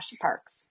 parks